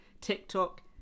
TikTok